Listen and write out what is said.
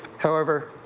however,